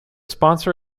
sponsor